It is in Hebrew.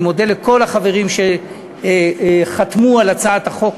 אני מודה לכל החברים שחתמו על הצעת החוק.